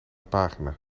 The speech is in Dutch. pagina